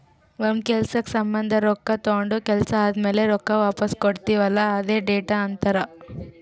ಒಂದ್ ಕೆಲ್ಸಕ್ ಸಂಭಂದ ರೊಕ್ಕಾ ತೊಂಡ ಕೆಲ್ಸಾ ಆದಮ್ಯಾಲ ರೊಕ್ಕಾ ವಾಪಸ್ ಕೊಡ್ತೀವ್ ಅಲ್ಲಾ ಅದ್ಕೆ ಡೆಟ್ ಅಂತಾರ್